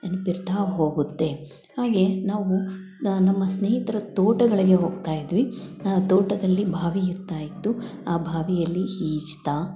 ನೆನ್ಪು ಇರ್ತಾ ಹೋಗುತ್ತೆ ಹಾಗೆ ನಾವು ನಮ್ಮ ಸ್ನೇಹಿತರ ತೋಟಗಳಿಗೆ ಹೋಗ್ತಾ ಇದ್ವಿ ಆ ತೋಟದಲ್ಲಿ ಬಾವಿ ಇರ್ತಾ ಇತ್ತು ಆ ಬಾವಿಯಲ್ಲಿ ಈಜ್ತಾ